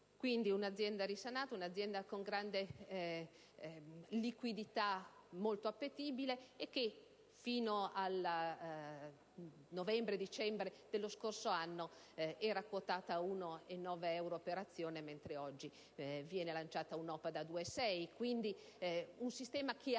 Quindi, un'azienda risanata, un'azienda con grande liquidità, molto appetibile, e che fino al novembre-dicembre dello scorso anno era quotata 1,9 euro per azione, mentre oggi viene lanciata un'OPA da 2,6